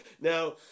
Now